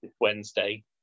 Wednesday